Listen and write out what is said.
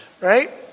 right